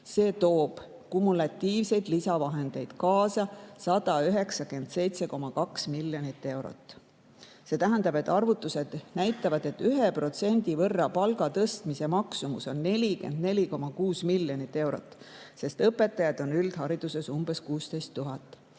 See toob kumulatiivseid lisavahendeid kaasa 197,2 miljonit eurot. See tähendab, et arvutused näitavad, et 1% võrra palga tõstmise maksumus on 44,6 miljonit eurot, sest õpetajaid on üldhariduses umbes 16 000.